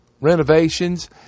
renovations